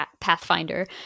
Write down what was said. Pathfinder